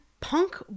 punk